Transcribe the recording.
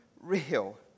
real